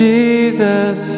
Jesus